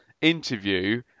interview